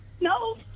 No